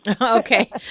Okay